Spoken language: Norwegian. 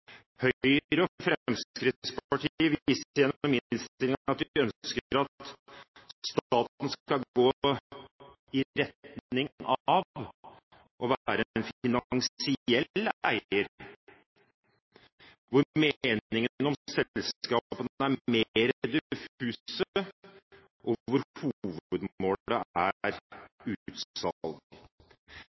ønsker at staten skal gå i retning av å være en finansiell eier, hvor meningene om selskapene er mer diffuse, og hvor hovedmålet er